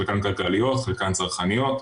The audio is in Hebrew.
חלקן כלכליות,